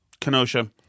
Kenosha